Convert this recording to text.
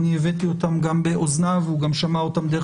אני הבאתי אותן גם באוזניו והוא גם שמע אותן דרך